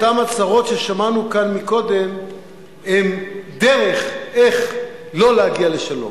אותן הצהרות ששמענו כאן קודם הן דרך איך לא להגיע לשלום.